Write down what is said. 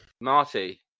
Marty